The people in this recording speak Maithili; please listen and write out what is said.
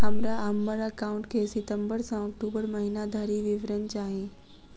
हमरा हम्मर एकाउंट केँ सितम्बर सँ अक्टूबर महीना धरि विवरण चाहि?